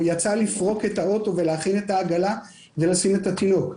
או יצא לפרוק את האוטו ולהכין את העגלה ולשים את התינוק,